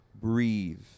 breathe